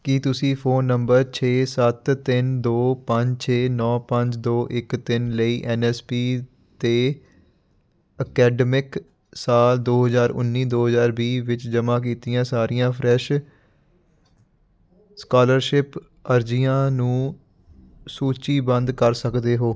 ਕੀ ਤੁਸੀਂ phone number ਛੇ ਸੱਤ ਤਿੰਨ ਦੋ ਪੰਜ ਛੇ ਨੌਂ ਪੰਜ ਦੋ ਇੱਕ ਤਿੰਨ ਲਈ ਐੱਨ ਐੱਸ ਪੀ 'ਤੇ ਅਕੈਡਮਿਕ ਸਾਲ ਦੋ ਹਜ਼ਾਰ ਉੱਨੀ ਦੋ ਹਜ਼ਾਰ ਵੀਹ ਵਿੱਚ ਜਮ੍ਹਾਂ ਕੀਤੀਆਂ ਸਾਰੀਆਂ ਫਰੈਸ਼ ਸਕਾਲਰਸ਼ਿਪ ਅਰਜ਼ੀਆਂ ਨੂੰ ਸੂਚੀਬੱਧ ਕਰ ਸਕਦੇ ਹੋ